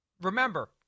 remember